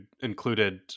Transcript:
included